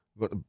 Got